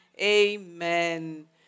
amen